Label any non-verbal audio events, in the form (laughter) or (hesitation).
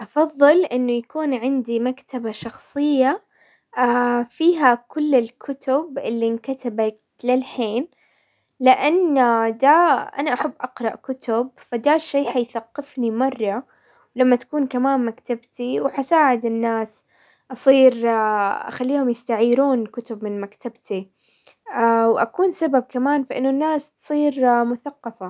افظل انه يكون عندي مكتبة شخصية (hesitation) فيها كل الكتب اللي انكتبت للحين، لانه دا انا احب اقرأ كتب فدا الشي حيثقفني مرة، ولما تكون كمان مكتبتي وحساعد الناس، اصير (hesitation) اخليهم يستعيرون كتب من مكتبتي (hesitation) واكون سبب كمان في انه الناس تصير (hesitation) مثقفة.